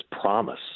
promise